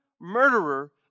murderer